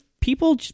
People